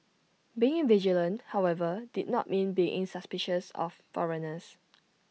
being vigilant however did not mean being suspicious of foreigners